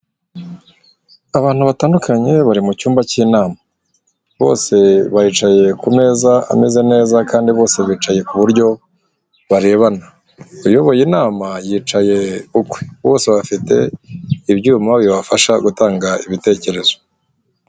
Abantu batandukanye bari mu cyumba cy'inama. Bose bicaye ku meza ameze neza, kandi bose bicaye ku buryo barebana. Uyoboye inama yicaye ukwe bose bafite ibyuma bibafasha gutanga ibitekerezo.